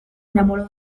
enamoró